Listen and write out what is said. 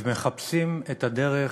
ומחפשים את הדרך